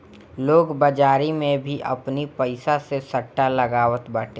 लोग बाजारी में भी आपनी पईसा से सट्टा लगावत बाटे